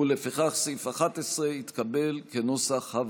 לפיכך ההסתייגות לא התקבלה.